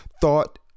thought